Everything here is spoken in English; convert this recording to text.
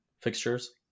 fixtures